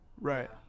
Right